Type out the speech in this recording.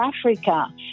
Africa